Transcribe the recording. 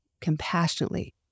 compassionately